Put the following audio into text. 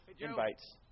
invites